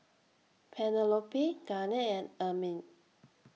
Penelope Garnett and Ermine